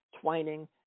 twining